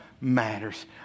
matters